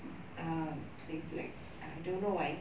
mm um things like I don't know why